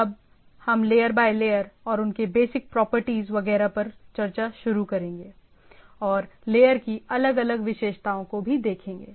अब हम layer by layer और उनके बेसिक प्रॉपर्टीज वगैरह पर चर्चा शुरू करेंगे और लेयर की अलग अलग विशेषताएं को भी देखेंगे